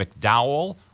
McDowell